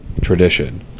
tradition